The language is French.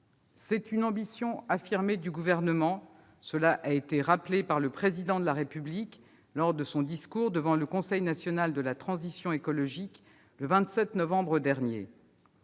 est une ambition assumée du Gouvernement- cela a été rappelé par le Président de la République lors de son discours devant le Conseil national de la transition écologique, le 27 novembre dernier.